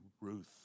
Ruth